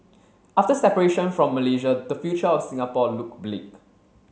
after separation from Malaysia the future of Singapore looked bleak